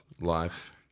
life